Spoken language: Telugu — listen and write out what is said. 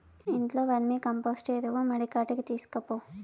ఇంట్లో వర్మీకంపోస్టు ఎరువు మడికాడికి తీస్కపో